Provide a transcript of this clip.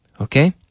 Okay